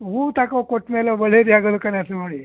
ಹೂ ತಗೋ ಹೋಗಿ ಕೊಟ್ಟಮೇಲೆ ಒಳ್ಳೆಯದೆ ಆಗದು ಕಾಣತ್ತೆ ನೋಡಿ